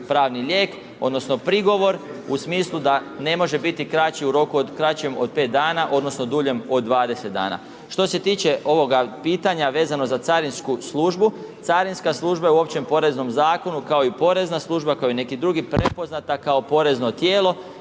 pravni lijek, odnosno prigovor u smislu da ne može biti u roku kraćem od 5 dana, odnosno duljem od 20 dana. Što se tiče ovoga pitanja vezano za carinsku službu, carinska služba je u općem poreznom zakonu, kao i porezna služba kao i neki drugi prepoznata kao porezno tijelo